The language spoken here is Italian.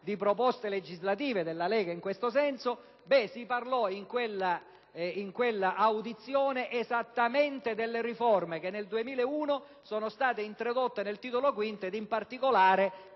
di proposte legislative della Lega in questo senso) si parlò in maniera esplicita esattamente delle riforme che nel 2001 sono state introdotte nel Titolo V, in particolare